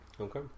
Okay